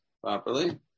properly